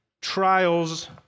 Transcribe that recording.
trials